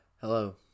Hello